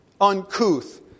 Uncouth